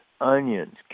onions